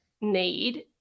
need